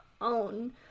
own